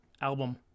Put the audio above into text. album